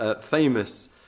famous